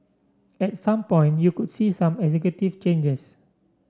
at some point you could see some executive changes